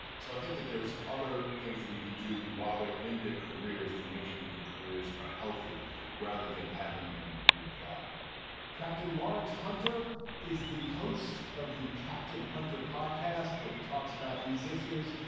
so i think that there's other things that we can do while they're in their careers to make sure that their careers are healthy rather than having them reapply captain lawrence hunter is the host of the captain hunter podcast, where he talks about these issues,